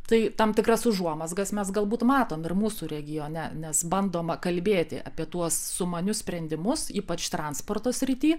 tai tam tikras užuomazgas mes galbūt matom ir mūsų regione nes bandoma kalbėti apie tuos sumanius sprendimus ypač transporto srity